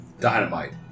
Dynamite